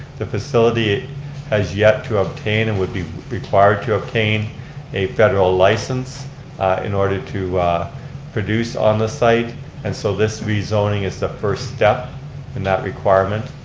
facility has yet to obtain and would be required to obtain a federal license in order to produce on the site. and so this rezoning is the first step in that requirement.